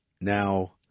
now